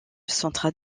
central